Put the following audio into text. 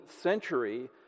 century